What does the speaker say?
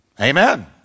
Amen